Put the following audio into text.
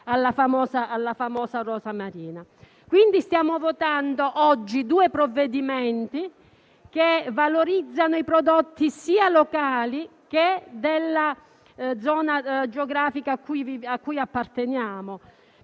la famosa rosamarina. Stiamo votando oggi due provvedimenti che valorizzano i prodotti sia locali che della zona geografica a cui apparteniamo,